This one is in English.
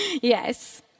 Yes